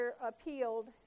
appealed